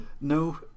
No